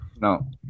no